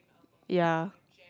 ya